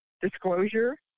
Disclosure